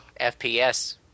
fps